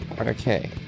okay